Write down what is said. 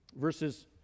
Verses